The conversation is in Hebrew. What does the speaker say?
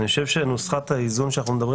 אני חושב שנוסחת האיזון שאנחנו מדברים